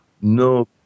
no